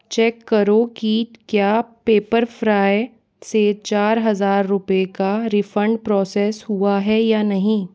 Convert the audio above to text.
check करो की क्या पेप्पर फ्राई से चार हजार रुपये का रिफ़ंड प्रोसेस हुआ है या नहीं